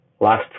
last